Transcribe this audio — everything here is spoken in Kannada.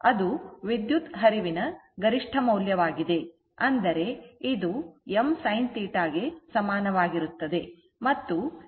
ಅದು ವಿದ್ಯುತ್ ಹರಿವಿನ ಗರಿಷ್ಠ ಗರಿಷ್ಠ ಮೌಲ್ಯವಾಗಿದೆ ಅಂದರೆ ಇದು m sin θ ಗೆ ಸಮಾನವಾಗಿರುತ್ತದೆ